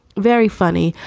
very funny.